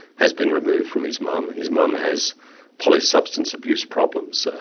has been removed from his mum. his mum has poly-substance abuse problems,